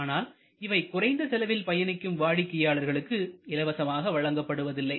ஆனால் இவை குறைந்த செலவில் பயணிக்கும் வாடிக்கையாளர்களுக்கு இலவசமாக வழங்கப்படுவதில்லை